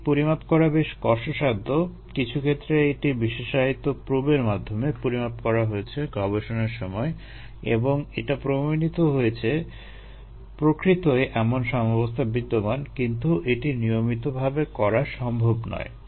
এটি পরিমাপ করা বেশ কষ্টসাধ্য কিছুক্ষেত্রে এটা বিশেষায়িত প্রোবের মাধ্যমে পরিমাপ করা হয়েছে গবেষণার সময় এবং এটা প্রমাণিত হয়েছে প্রকৃতই এমন সাম্যাবস্থা বিদ্যমান কিন্তু এটি নিয়মিতভাবে করা সম্ভব নয়